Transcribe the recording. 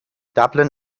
dublin